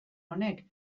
honek